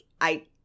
I-